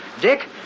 Dick